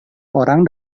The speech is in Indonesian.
orang